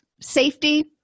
safety